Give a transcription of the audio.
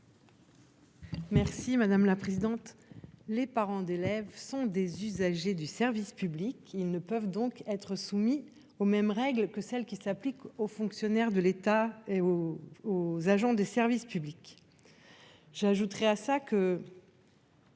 l'amendement n° 66. Les parents d'élèves sont des usagers du service public. Ils ne peuvent donc être soumis aux mêmes règles que celles qui s'appliquent aux fonctionnaires de l'État et aux agents des services publics. Nous voulons